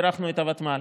הארכנו את הוותמ"ל,